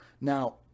now